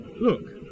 Look